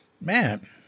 Man